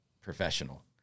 professional